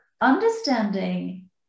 understanding